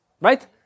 Right